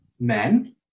men